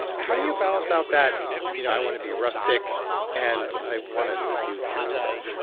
how do you balance out that you know i want to be rustic and i want to do cool stuff?